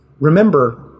Remember